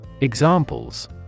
Examples